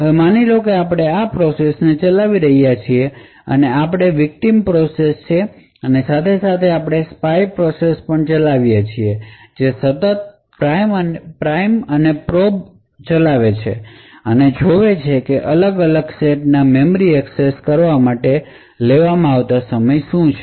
હવે માની લો કે આપણે આ પ્રોસેસ ને ચલાવી રહ્યા છીએ અને આ આપણી વિકટીમ પ્રોસેસ છે અને સાથે સાથે આપણે સ્પાય પ્રોસેસ પણ ચલાવીએ છીએ જે સતત પ્રાઇમ અને પ્રોબ ચલાવે છે અને જોવે છે કે અલગ અલગ સેટ ના મેમરી ને એક્સેસ કરવા માટે લેવામાં આવતા સમય શું છે